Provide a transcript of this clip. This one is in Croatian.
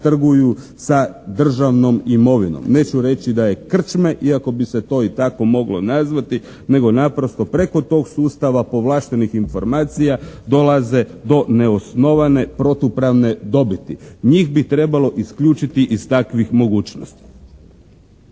sa državnom imovinom. Neću reći da je krčme iako bi se to i tako moglo nazvati, nego naprosto preko tog sustava povlaštenih informacija dolaze do neosnovane protupravne dobiti. Njih bi trebalo isključiti iz takvih mogućnosti.